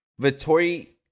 Vittori